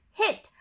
hit 。